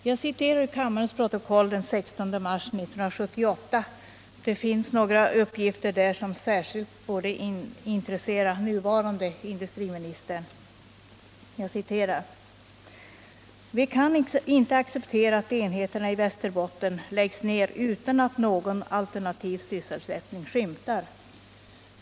Jag citerar ur kammarens protokoll för den 16 mars 1978 — där finns några uppgifter som särskilt borde intressera den nuvarande industriministern: ”Vi kan inte acceptera att enheterna i Västerbotten läggs ned utan att någon alternativ sysselsättning skymtar.